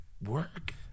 work